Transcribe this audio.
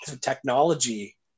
technology